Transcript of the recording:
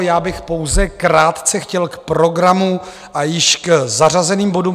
Já bych pouze krátce chtěl k programu a k již zařazeným bodům.